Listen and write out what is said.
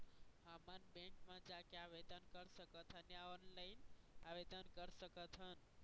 हमन बैंक मा जाके आवेदन कर सकथन या ऑनलाइन आवेदन कर सकथन?